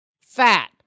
fat